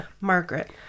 Margaret